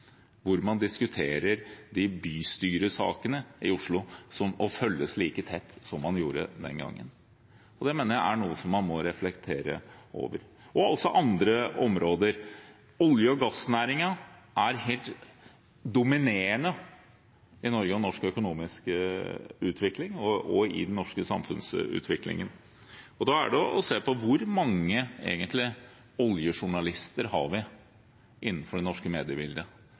hvor man diskuterer de bystyresakene i Oslo som må følges like tett som man gjorde den gangen. Det mener jeg er noe som man må reflektere over. Og det er også andre områder: Olje- og gassnæringen er helt dominerende i Norge og norsk økonomisk utvikling og i den norske samfunnsutviklingen. Da må man se på: Hvor mange oljejournalister har vi innenfor det norske mediebildet?